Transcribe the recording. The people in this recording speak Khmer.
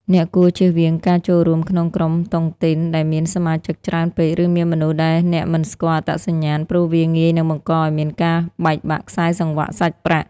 អ្នកគួរជៀសវាងការចូលរួមក្នុងក្រុមតុងទីនដែលមានសមាជិកច្រើនពេក ឬមានមនុស្សដែលអ្នកមិនស្គាល់អត្តសញ្ញាណ ព្រោះវាងាយនឹងបង្កឱ្យមានការបែកបាក់ខ្សែសង្វាក់សាច់ប្រាក់។